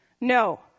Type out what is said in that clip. No